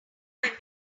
doyle